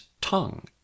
tongue